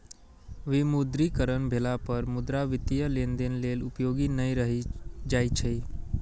विमुद्रीकरण भेला पर मुद्रा वित्तीय लेनदेन लेल उपयोगी नै रहि जाइ छै